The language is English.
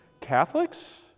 Catholics